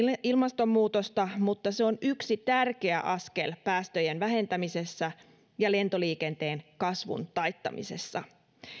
ilmastonmuutosta mutta se on yksi tärkeä askel päästöjen vähentämisessä ja lentoliikenteen kasvun taittamisessa